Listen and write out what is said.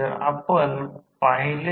तर तो आहे किंवा VA ऑटोट्रान्सफॉर्मर